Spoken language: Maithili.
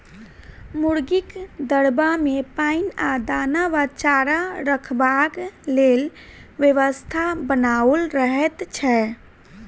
मुर्गीक दरबा मे पाइन आ दाना वा चारा रखबाक लेल व्यवस्था बनाओल रहैत छै